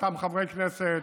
אותם חברי הכנסת,